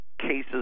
cases